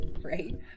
Right